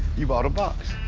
you bought a box.